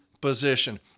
position